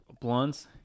blunts